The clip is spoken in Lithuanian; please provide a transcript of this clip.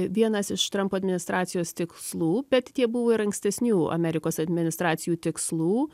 vienas iš trampo administracijos tikslų bet tie buvo ir ankstesnių amerikos administracijų tikslų